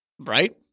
right